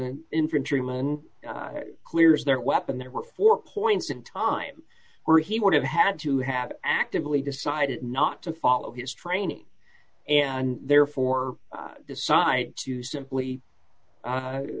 man clears their weapon there were four points in time where he would have had to have actively decided not to follow his training and therefore decide to simply